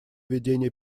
ведения